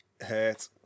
hurt